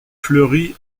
fleurie